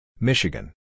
Michigan